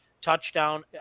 touchdown